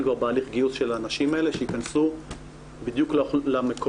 כבר בהליך הגיוס של הנשים האלה שייכנסו בדיוק למקומות